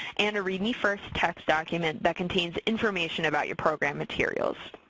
and a readme first txt document that contains information about your program materials.